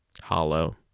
hollow